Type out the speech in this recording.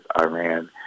Iran